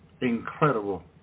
Incredible